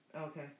Okay